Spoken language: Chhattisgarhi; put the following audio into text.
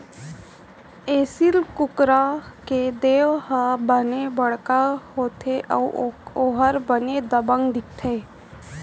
एसील कुकरा के देंव ह बने बड़का होथे अउ ओहर बने दबंग दिखथे